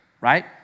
right